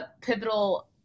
pivotal